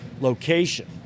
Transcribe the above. location